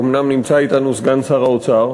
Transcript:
אומנם נמצא אתנו סגן שר האוצר,